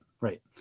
right